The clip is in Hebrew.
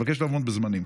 אני מבקש לעמוד בזמנים.